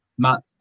Matt